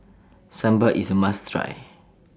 Sambar IS A must Try